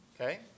Okay